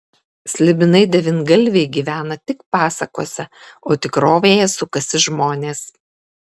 slibinai devyngalviai gyvena tik pasakose o tikrovėje sukasi žmonės